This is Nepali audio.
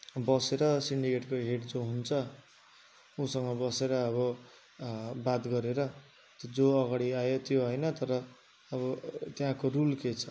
बसेर सिन्डिकेटको हेड जो हुन्छ उसँग बसेर अब बात गरेर त्यो जो अगाडि आयो त्यो होइन तर अब त्यहाँको रुल के छ